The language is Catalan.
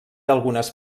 algunes